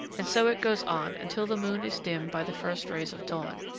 and so it goes on until the moon is dimmed by the first rays of dawn.